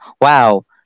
Wow